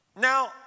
Now